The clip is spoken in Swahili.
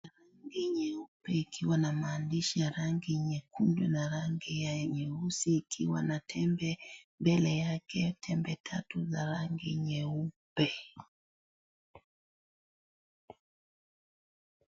Rangi nyeupe ikiwa na maandishi ya rangi nyekundu na rangi ya nyeusi ikiwa na tembe i, mbele yake tembe tatu za rangi nyeupe.